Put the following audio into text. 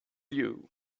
you